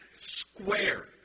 square